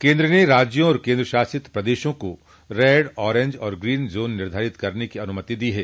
केन्द्र ने राज्यों और केन्द्र शासित प्रदेशों को रेड ऑरेंज और ग्रीन जोन निधारित करने की अनुमति दी है